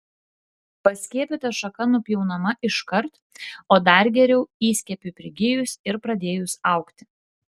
paskiepyta šaka nupjaunama iškart o dar geriau įskiepiui prigijus ir pradėjus augti